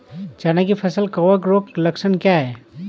चना की फसल कवक रोग के लक्षण क्या है?